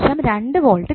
2 volt കിട്ടും